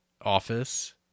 office